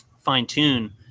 fine-tune